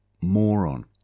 moron